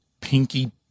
pinky